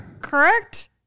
correct